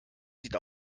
sieht